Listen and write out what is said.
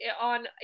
on